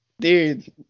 Dude